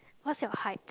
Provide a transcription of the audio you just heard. what's your height